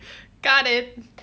got it